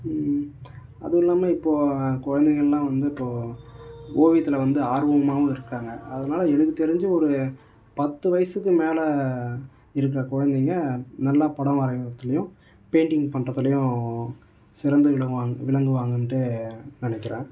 அதுவுமில்லாம இப்போது குழந்தைங்கள்லாம் வந்து இப்போது ஓவியத்தில் வந்து ஆர்வமாகவும் இருக்காங்க அதனால் எனக்கு தெரிஞ்சு ஒரு பத்து வயதுக்கு மேலே இருக்கிற குழந்தைங்க நல்லா படம் வரைகிறதுலையும் பெயிண்டிங் பண்ணுறதுலையும் சிறந்து விளங்குவா விளங்குவாங்கண்டு நினைக்கிறேன்